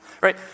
Right